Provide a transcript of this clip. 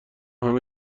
همه